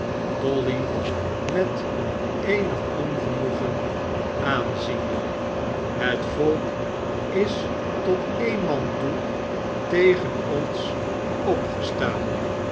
eenig ongenoegen aanziende het volk is tot n man toe tegen ons op opgestaan